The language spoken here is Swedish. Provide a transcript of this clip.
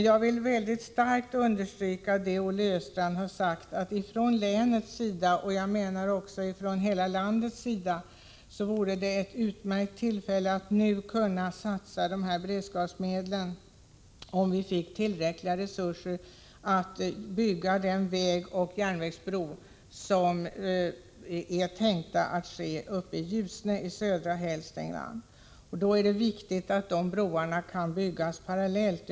Jag vill mycket starkt understryka det som Olle Östrand sade, nämligen att det för länets del — och även för hela landet — vore utmärkt om dessa beredskapsmedel kunde satsas nu så att vi får tillräckliga resurser för att bygga vägbron och järnvägsbron i Ljusne i södra Hälsingland. Det är viktigt att broarna kan byggas parallellt.